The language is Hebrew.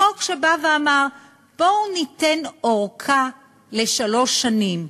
חוק שבא ואמר: בואו ניתן ארכה לשלוש שנים,